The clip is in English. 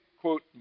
quote